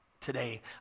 today